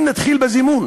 אם נתחיל בזימון